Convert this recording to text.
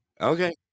Okay